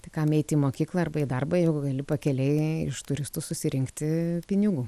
tai kam eit į mokyklą arba į darbą gali pakelėj iš turistų susirinkti pinigų